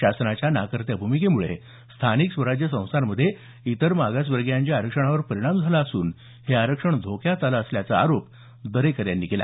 शासनाच्या नाकर्त्या भूमिकेमुळे स्थानिक स्वराज्य संस्थांमध्ये इतर मागासवर्गीयांच्या आरक्षणावर परिणाम झाला असून हे आरक्षण धोक्यात आलं असल्याचा आरोप दरेकर यांनी विधान परिषदेत केला